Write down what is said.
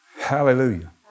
Hallelujah